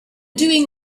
doing